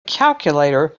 calculator